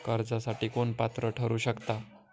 कर्जासाठी कोण पात्र ठरु शकता?